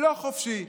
לא חופשי.